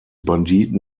banditen